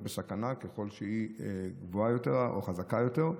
בסכנה ככל שהיא גבוהה יותר או חזקה יותר.